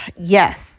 Yes